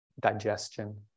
digestion